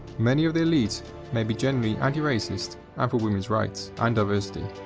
many of the elite may be genuinely anti-rascist and for women's rights and diversity.